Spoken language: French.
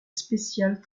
spécial